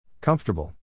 comfortable